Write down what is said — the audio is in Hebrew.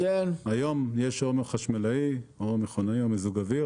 היום יש או חשמלאי, או מכונאי או מיזוג אוויר.